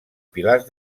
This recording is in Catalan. pilars